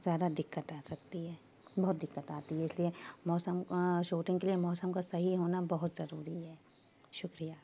بہت زیادہ دقت آ سکتی ہے بہت دقت آتی ہے اس لیے موسم شوٹنگ کے لیے موسم کا صحیح ہونا بہت ضروری ہے شکریہ